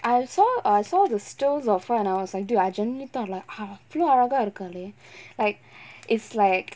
I saw I saw the stones for fun I was like dude I genuinely thought like ah இவளோ அழகா இருக்காளே:ivalo alagaa irukkaalae like is like